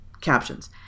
captions